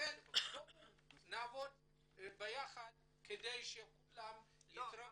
לכן בואו נעבוד ביחד כדי שכולם יתרמו.